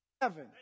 heaven